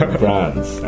brands